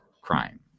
crime